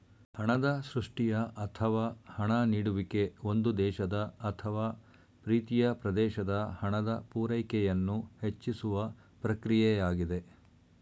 ಹಣದ ಸೃಷ್ಟಿಯ ಅಥವಾ ಹಣ ನೀಡುವಿಕೆ ಒಂದು ದೇಶದ ಅಥವಾ ಪ್ರೀತಿಯ ಪ್ರದೇಶದ ಹಣದ ಪೂರೈಕೆಯನ್ನು ಹೆಚ್ಚಿಸುವ ಪ್ರಕ್ರಿಯೆಯಾಗಿದೆ